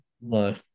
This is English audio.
No